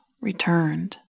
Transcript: returned